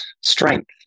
strength